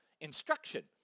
instruction